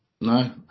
No